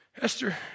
Esther